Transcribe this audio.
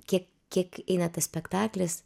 kiek kiek eina tas spektaklis